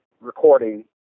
recording